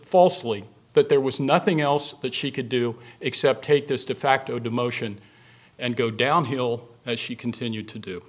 falsely but there was nothing else that she could do except take this de facto demotion and go downhill as she continued